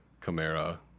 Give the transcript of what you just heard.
Camara